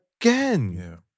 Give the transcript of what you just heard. again